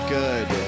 good